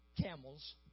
camels